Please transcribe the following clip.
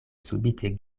subite